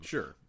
Sure